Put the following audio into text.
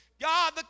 God